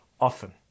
often